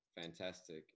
fantastic